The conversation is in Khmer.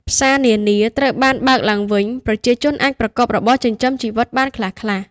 ផ្សារនានាត្រូវបានបើកឡើងវិញ ប្រជាជនអាចប្រកបរបរចិញ្ចឹមជីវិតបានខ្លះៗ។